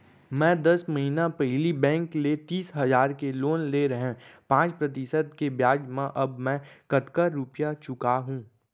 मैं दस महिना पहिली बैंक ले तीस हजार के लोन ले रहेंव पाँच प्रतिशत के ब्याज म अब मैं कतका रुपिया चुका हूँ?